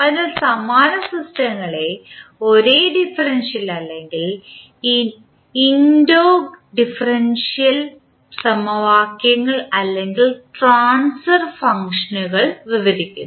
അതിനാൽ സമാന സിസ്റ്റങ്ങളെ ഒരേ ഡിഫറൻഷ്യൽ അല്ലെങ്കിൽ ഇന്റഗ്രോഡിഫറൻഷ്യൽ സമവാക്യങ്ങൾ അല്ലെങ്കിൽ ട്രാൻസ്ഫർ ഫംഗ്ഷനുകൾ വിവരിക്കുന്നു